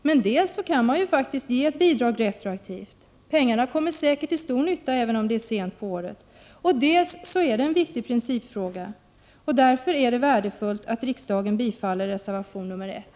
Men dels kan man ge ett bidrag retroaktivt — pengarna kommer säkert till stor nytta även om det är sent på året —, dels är detta en viktig principfråga. Därför vore det värdefullt om riksdagen biföll reservation nr 1.